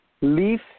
Leaf